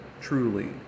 truly